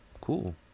cool